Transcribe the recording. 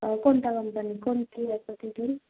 कोणत्या कंपनी कोणती